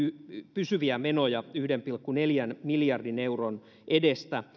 pysyviä menoja yhden pilkku neljän miljardin euron edestä